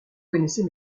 connaissez